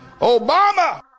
Obama